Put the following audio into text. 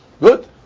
Good